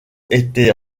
était